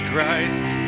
Christ